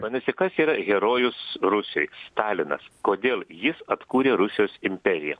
vadinasi kas yra herojus rusijoj stalinas kodėl jis atkūrė rusijos imperiją